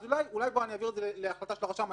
אולי אני אעביר את זה להחלטה של הרשם,